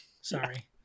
Sorry